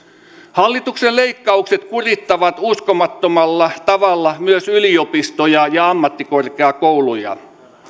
hallituksen leikkaukset kurittavat uskomattomalla tavalla myös yliopistoja ja ammattikorkeakouluja